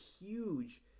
huge